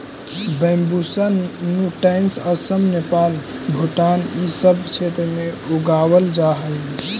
Bambusa nutans Assam, Nepal, Bhutan इ सब क्षेत्र में उगावल जा हई